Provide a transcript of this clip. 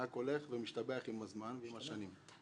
רק הולך ומשתבח עם הזמן ועם השנים.